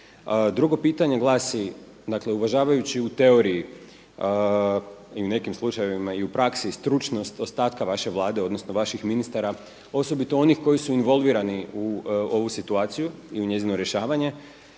Drugo pitanje glasi, dakle uvažavajući u teoriji i nekim slučajevima i u praksi stručnost ostatka vaše Vlade, odnosno vaših ministara osobito onih koji su involvirani u ovu situaciju i u njezinu rješavanje